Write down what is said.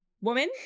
woman